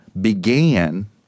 Began